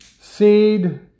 seed